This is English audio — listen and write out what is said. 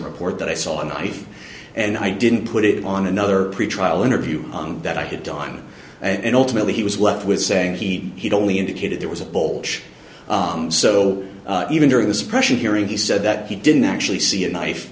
report that i saw a knife and i didn't put it on another pretrial interview that i had done and ultimately he was left with saying he he'd only indicated there was a poll so even during the suppression hearing he said that he didn't actually see a knife